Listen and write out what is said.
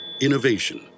Innovation